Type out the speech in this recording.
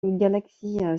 galaxie